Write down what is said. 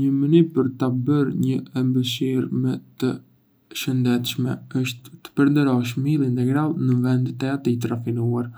Një mënyrë për ta bërë një ëmbëlsirë më të shëndetshme është të përdorësh miell integral në vend të atij të rafinuar.